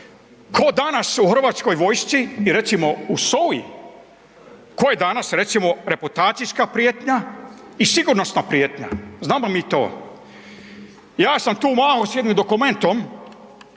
Ko danas u hrvatskoj vojsci i recimo u SOA-i, ko je danas recimo reputacijska prijetnja i sigurnosna prijetnja? Znamo mi to. Ja sam tu vamo s jednim dokumentom